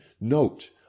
note